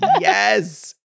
Yes